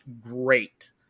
great